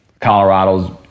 colorado's